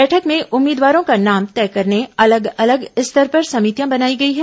बैठक में उम्मीदवारों का नाम तय करने अलग अलग स्तर पर समितियां बनाई गई हैं